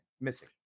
missing